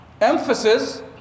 emphasis